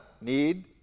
need